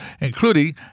including